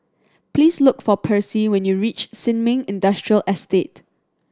please look for Percy when you reach Sin Ming Industrial Estate